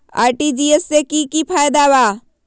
RTGS से की की फायदा बा?